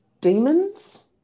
demons